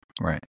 Right